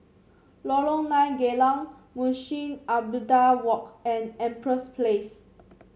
Lorong Nine Geylang Munshi Abdullah Walk and Empress Place